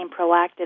proactive